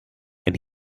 and